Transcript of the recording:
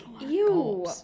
Ew